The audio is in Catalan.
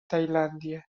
tailàndia